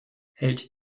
hält